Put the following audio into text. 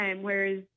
whereas